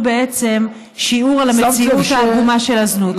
בעצם שיעור על המציאות העגומה של הזנות.